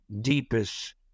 deepest